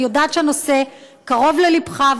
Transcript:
אני יודעת שהנושא קרוב ללבך,